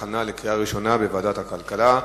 לדיון מוקדם בוועדה שתקבע ועדת הכנסת נתקבלה.